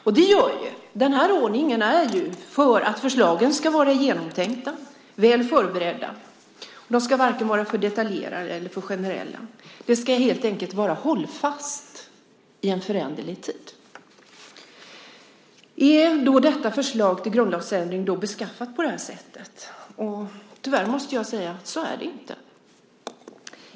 Den ordningen har man ju för att förslagen ska vara genomtänkta och väl förberedda. De ska varken vara för detaljerade eller för generella. Det ska helt enkelt vara hållfast i en föränderlig tid. Är detta förslag till grundlagsändring då beskaffat på det sättet? Tyvärr måste jag säga att så är det inte.